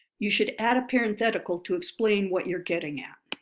you should add a parenthetical to explain what you're getting at.